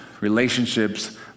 relationships